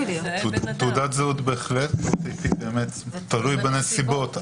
תעודת זהות בהחלט, תלוי בנסיבות.